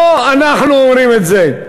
לא אנחנו אומרים את זה.